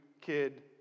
kid